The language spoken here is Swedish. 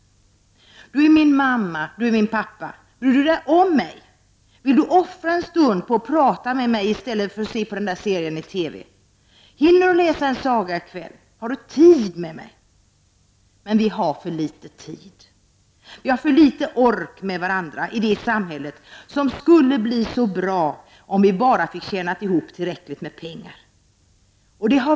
Du är min mamma, du är min pappa — bryr du dig inte om mig? Vill du offra en stund på att prata med mig i stället för att se den där serien i TV? Hinner du läsa en saga i kväll? Har du tid med mig? Vi har för litet tid, för litet ork med varandra i det samhälle som skulle bli så bra om vi bara fick tjäna ihop tillräckligt med pengar.